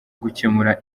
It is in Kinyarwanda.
gukemura